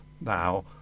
now